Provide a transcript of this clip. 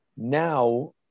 Now